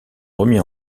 remis